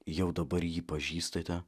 jau dabar jį pažįstate